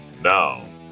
Now